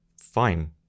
Fine